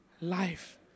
life